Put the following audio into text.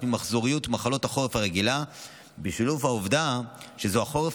ממחזוריות מחלות החורף הרגילה בשילוב העובדה שזה החורף